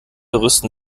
rüsten